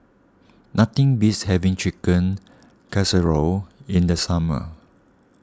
nothing beats having Chicken Casserole in the summer